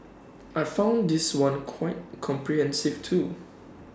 I found this one quite comprehensive too